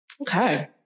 okay